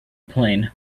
plane